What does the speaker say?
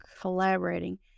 collaborating